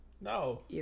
No